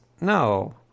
No